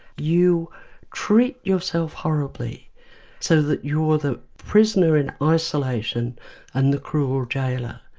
you treat yourself horribly so that you're the prisoner in isolation and the cruel jailor.